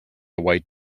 white